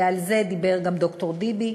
ועל זה דיבר גם ד"ר ביבי,